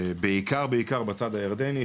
בעיקר בעיקר בצד הירדני,